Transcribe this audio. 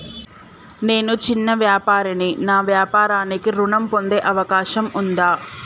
నేను చిన్న వ్యాపారిని నా వ్యాపారానికి ఋణం పొందే అవకాశం ఉందా?